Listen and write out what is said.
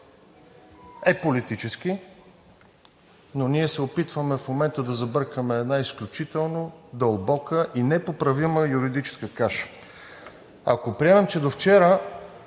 е политически, но ние се опитваме в момента да забъркаме една изключително дълбока и непоправима юридическа каша. Ако приемем, че довчера